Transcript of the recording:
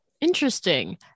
Interesting